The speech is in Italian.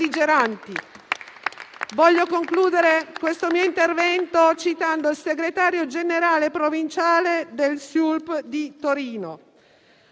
Voglio concludere questo mio intervento citando il segretario generale provinciale del Sindacato